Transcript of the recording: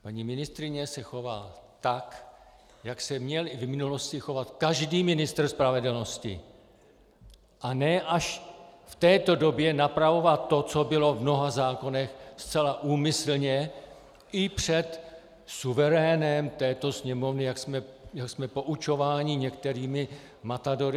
Paní ministryně se chová tak, jak se měl v minulosti chovat každý ministr spravedlnosti, a ne až v této době napravovat to, co bylo v mnoha zákonech zcela úmyslně i před suverénem této sněmovny, jak jsme poučováni některými matadory...